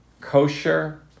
Kosher